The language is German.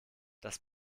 das